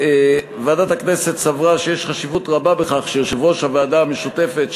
ועדת הכנסת סברה שיש חשיבות רבה בכך שיושב-ראש הוועדה המשותפת,